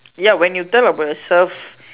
ya when you tell about yourself